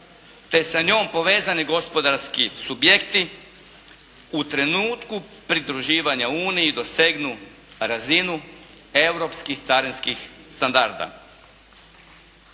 te sa njom povezani gospodarski subjekti u trenutku pridruživanja Uniji dosegnu razinu europskih carinskih standarda.